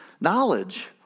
knowledge